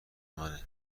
منه